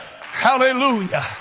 Hallelujah